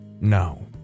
No